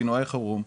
פינויי חירום,